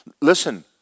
Listen